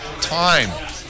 time